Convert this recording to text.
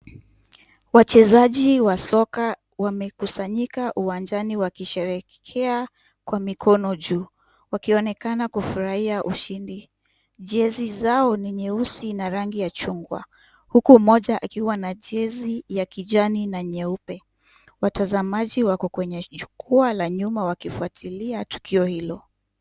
Wachezaji wa soka wamekusanyika uwanjani wakisherehekea kwa mikono juu wakionekana kufurahia ushindi. Jezi zao ni nyeusi na rangi ya chungwa huku mmoja akiwa na jezi ya kijani na nyeupe. Watazamaji wako kwenye jukwaa la nyuma wakifuatilia tukio hilo.